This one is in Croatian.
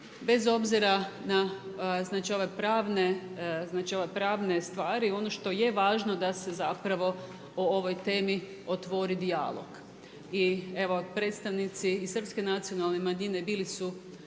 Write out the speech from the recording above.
bez obzira na znači ove pravne stvari, ono što je važno da se zapravo o ovoj temi otvori dijalog. Evo predstavnici i srpske nacionalne manjine bili su